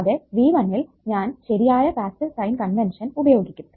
കൂടാതെ V1 യിൽ ഞാൻ ശെരിയായ പാസ്സീവ് സൈൻ കൺവെൻഷൻ ഉപയോഗിക്കും